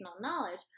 knowledge